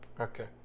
Okay